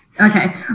Okay